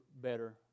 better